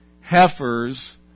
heifers